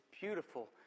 beautiful